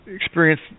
Experience